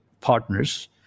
partners